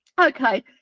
Okay